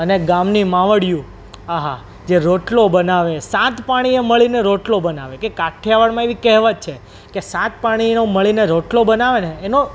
અને ગામની માવડિયું આહા જે રોટલો બનાવે સાત પાણીએ મળીને રોટલો બનાવે કે કઠિયાવાડમાં એવી કહેવત છે કે સાત પાણીનો મળીને રોટલો બનાવે ને એનો